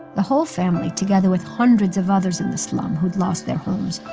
the whole family, together with hundreds of others in the slum who'd lost their homes,